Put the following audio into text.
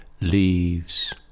leaves